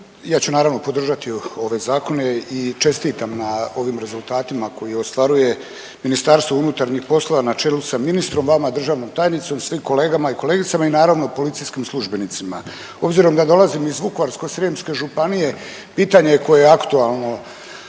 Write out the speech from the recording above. ja ću naravno podržati ove zakone i čestitam na ovim rezultatima koje ostvaruje MUP na čelu sa ministrom, vama državnom tajnicom, svim kolegama i kolegicama i naravno policijskim službenicima. Obzirom da dolazim iz Vukovarsko-srijemske županije pitanje koje je aktualno